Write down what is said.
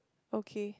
okay